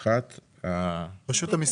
הצבעה המיזוג אושר אושר פה אחד מיזוג שתי הצעות החוק.